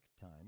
time